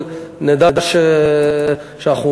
אבל נדע שאנחנו